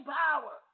power